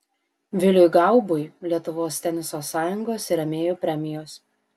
viliui gaubui lietuvos teniso sąjungos ir rėmėjų premijos